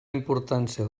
importància